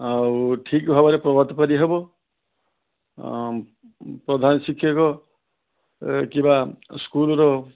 ଆଉ ଠିକ୍ ଭାବରେ ପ୍ରଭାତଫେରି ହେବ ଆ ପ୍ରଧାନଶିକ୍ଷକ ଏ କିମ୍ବା ସ୍କୁଲ୍ ର